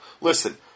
listen